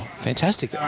fantastic